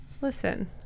Listen